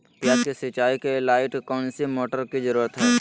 प्याज की सिंचाई के लाइट कौन सी मोटर की जरूरत है?